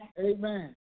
Amen